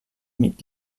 mitt